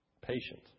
Patient